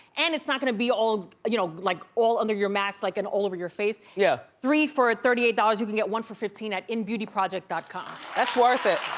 and it's not gonna be all, you know like all under your mask like and all over your face. yeah three for thirty eight dollars, you can get one for fifteen, at innbeautyproject dot com that's worth it.